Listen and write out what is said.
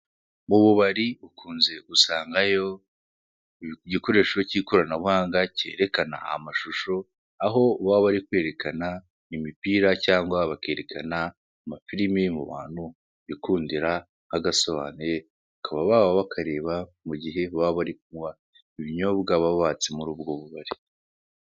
Mu bubari ukunze gusangeyo igikoresho k'ikoranabuhanga kerekana amashusho aho uwaba ari kwerekana imipira cyangwa bakerekana amafirime mu bantu bikundira agasobanuye bakaba baba bakareba mu gihe baba bari kunywa ibinyobwa baba batse muri ubwo bubari.